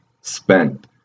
spent